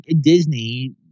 Disney